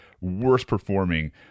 worst-performing